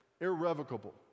Irrevocable